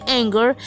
anger